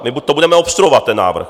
My to budeme obstruovat, ten návrh.